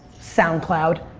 soundcloud,